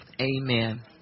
Amen